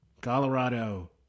Colorado